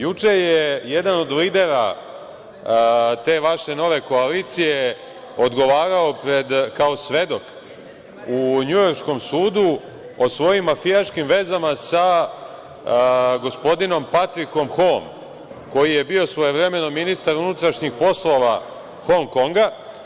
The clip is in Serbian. Juče je jedan od lidera te vaše nove koalicije odgovarao kao svedok u njujorškom sudu o svojim mafijaškim vezama sa gospodinom Patrikom Hoom, koji je bio svojevremeno ministar unutrašnjih poslova Hongkonga.